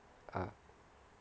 ah